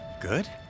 good